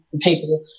people